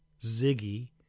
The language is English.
Ziggy